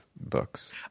books